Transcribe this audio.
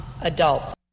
adults